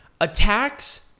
attacks